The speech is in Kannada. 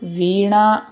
ವೀಣಾ